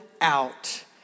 out